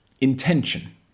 intention